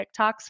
TikToks